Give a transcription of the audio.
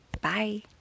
bye